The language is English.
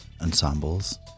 ensembles